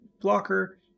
blocker